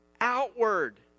outward